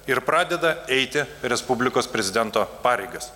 ir pradeda eiti respublikos prezidento pareigas